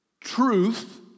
truth